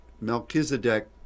Melchizedek